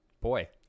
Boy